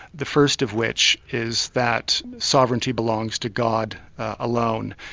the first of which is that sovereignty belongs to god alone,